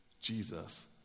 Jesus